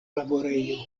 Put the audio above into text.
laborejo